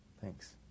Thanks